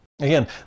Again